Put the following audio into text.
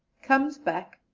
comes bank,